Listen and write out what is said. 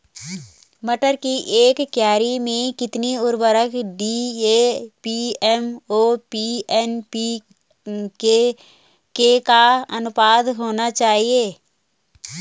मटर की एक क्यारी में कितना उर्वरक डी.ए.पी एम.ओ.पी एन.पी.के का अनुपात होना चाहिए?